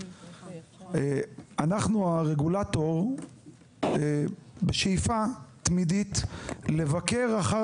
אנחנו הרגולטור בשאיפה תמידית לבקר אחר